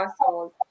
household